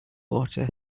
water